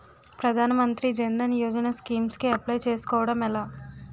ప్రధాన మంత్రి జన్ ధన్ యోజన స్కీమ్స్ కి అప్లయ్ చేసుకోవడం ఎలా?